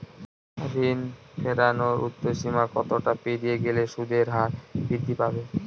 ঋণ ফেরানোর উর্ধ্বসীমা কতটা পেরিয়ে গেলে সুদের হার বৃদ্ধি পাবে?